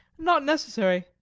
not necessary.